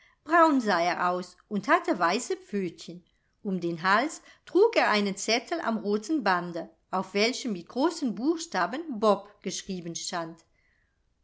braun sah er aus und hatte weiße pfötchen um den hals trug er einen zettel am roten bande auf welchem mit großen buchstaben bob geschrieben stand